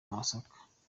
w’amasaka